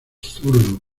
zurdo